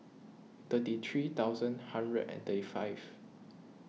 thirty three thousand hundred and thirty five